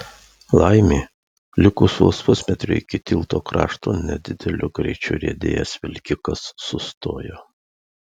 laimė likus vos pusmetriui iki tilto krašto nedideliu greičiu riedėjęs vilkikas sustojo